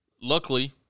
luckily